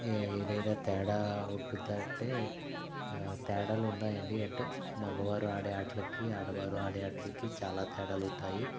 ఏదైనా తేడా ఉంటుందా అంటే తేడాలు ఉన్నాయండి అంటే మగవారు ఆడే ఆటలకి ఆడవారు ఆడే ఆటలకి చాలా తేడాలు ఉన్నాయి